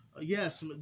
Yes